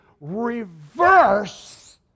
reverse